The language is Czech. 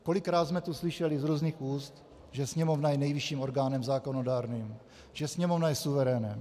Kolikrát jsme tu slyšeli z různých úst, že Sněmovna je nejvyšším orgánem zákonodárným, že Sněmovna je suverénem.